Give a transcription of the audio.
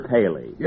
Paley